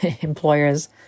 employers